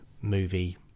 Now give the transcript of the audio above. movie